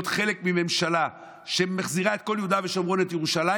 חלק מממשלה שמחזירה את כל יהודה ושומרון ואת ירושלים,